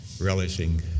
relishing